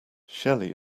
shelly